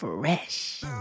Fresh